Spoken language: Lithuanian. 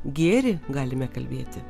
gėrį galime kalbėti